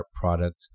product